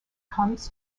comes